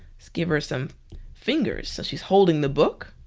give her some fingers so she's holding the book.